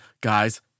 guys